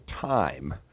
time